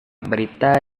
berita